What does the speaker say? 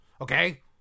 okay